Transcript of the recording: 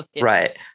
Right